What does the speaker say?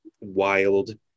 wild